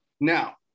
Now